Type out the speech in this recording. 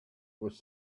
was